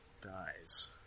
dies